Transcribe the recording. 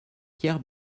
pierre